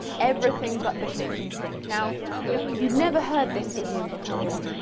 everything but the kitchen sink. now if you've never heard this idiom before,